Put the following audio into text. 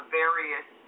various